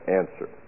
answer